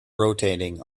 rotating